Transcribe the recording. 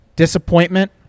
disappointment